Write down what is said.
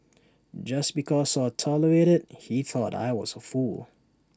just because I tolerated he thought I was A fool